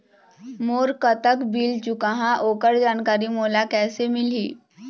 मोर कतक बिल चुकाहां ओकर जानकारी मोला कैसे मिलही?